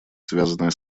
связанная